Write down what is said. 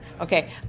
Okay